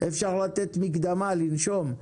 אפשר לתת מקדמה לנשום,